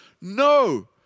No